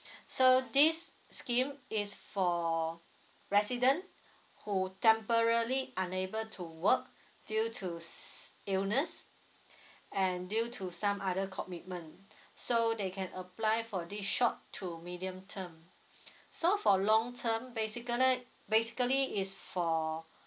so this scheme is for resident who temporally unable to work due to illness and due to some other commitment so they can apply for this short to medium term so for long term basically basically is for